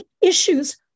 issues